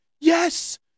yes